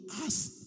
ask